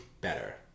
better